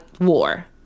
war